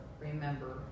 remember